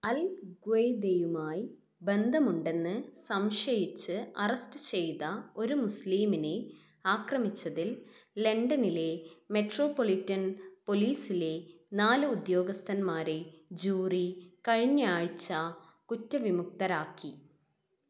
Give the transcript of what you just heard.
അൽ ഖ്വയ്ദയുമായി ബന്ധമുണ്ടെന്ന് സംശയിച്ച് അറസ്റ്റ് ചെയ്ത ഒരു മുസ്ലീമിനെ ആക്രമിച്ചതിൽ ലണ്ടനിലെ മെട്രോപൊളിറ്റൻ പോലീസിലെ നാല് ഉദ്യോഗസ്ഥന്മാരെ ജൂറി കഴിഞ്ഞ ആഴ്ച കുറ്റ വിമുക്തരാക്കി